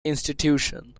institution